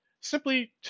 simply